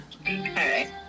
Okay